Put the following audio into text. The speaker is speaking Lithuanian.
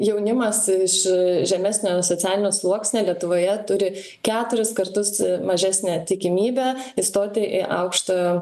jaunimas iš žemesnio socialinio sluoksnio lietuvoje turi keturis kartus mažesnę tikimybę įstoti į aukštąją